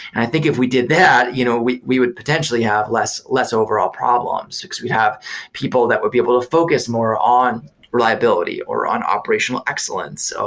i think if we did that, you know we we would potentially have less less overall problems. we have people that would be able to focus more on reliability, or on operational excellence,